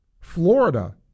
Florida